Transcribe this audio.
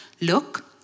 Look